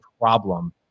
problem